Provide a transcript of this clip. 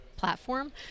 platform